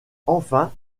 enfin